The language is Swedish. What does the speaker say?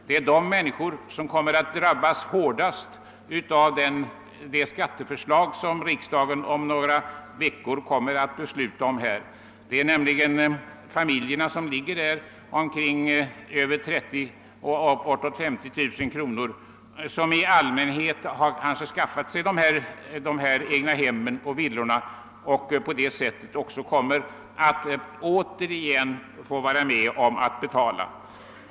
Dessa människor kommer att drabbas hårdast av det skatteförslag som riksdagen om några veckor kommer att besluta om. Det är ofta familjer med inkomster mellan 30 000 och 50 000 kronor som har skaffat sig dessa egnahem och som därigenom återigen kommer att få vara med om att betala.